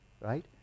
right